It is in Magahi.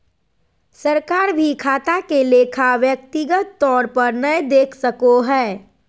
सरकार भी खाता के लेखा व्यक्तिगत तौर पर नय देख सको हय